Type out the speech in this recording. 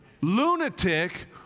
lunatic